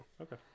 Okay